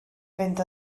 fynd